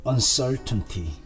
Uncertainty